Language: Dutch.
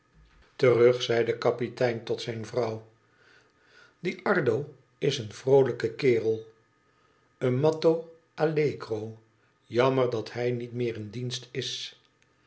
terug zei de kapitein tot zijn vrouw die ardo is een vroolijke kerel un matto allegro jammer dat hij niet meer in dienst is